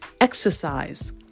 exercise